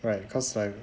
right cause like